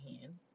hand